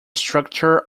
structure